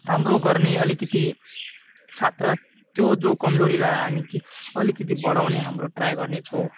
राम्रो गर्ने अलिकति छात्र त्यो जो कमजोरीलाई हामी अलिकति बढाउने हाम्रो ट्राई गर्ने छौँ